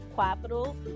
Capital